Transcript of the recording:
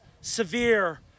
severe